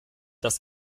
das